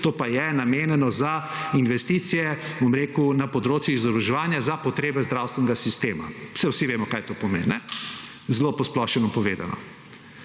to pa je namenjeno za investicije, bom rekel na področjih izobraževanja za potrebe zdravstvenega sistema. Saj vsi vemo kaj to pomeni. Zelo posplošeno povedano.